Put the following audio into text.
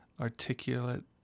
articulate